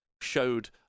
showed